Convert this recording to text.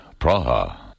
Praha